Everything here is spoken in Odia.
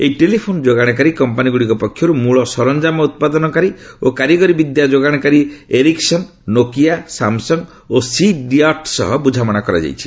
ଏଇ ଟେଲିଫୋନ୍ ଯୋଗାଶକାରୀ କମ୍ପାନୀ ଗୁଡ଼ିକ ପକ୍ଷରୁ ମୂଳ ସରଞ୍ଜାମ ଉତ୍ପାଦନକାରୀ ଓ କାରିଗରୀ ବିଦ୍ୟା ଯୋଗାଶକାରୀ ଏରିକ୍ସନ୍ ନୋକିଆ ସାମସଙ୍ଗ୍ ଓ ସି ଡଟ୍ ସହ ବୁଝାମଣା କରିଥିଲେ